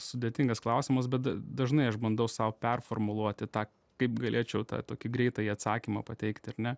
sudėtingas klausimas bet da dažnai aš bandau sau performuluoti tą kaip galėčiau tą tokį greitąjį atsakymą pateikt ar ne